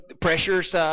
pressures